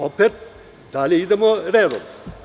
Opet dalje idemo redom.